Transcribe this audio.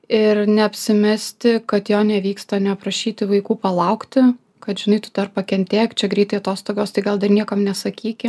ir neapsimesti kad jo nevyksta neprašyti vaikų palaukti kad žinai tu dar pakentėk čia greitai atostogos tai gal dar niekam nesakyki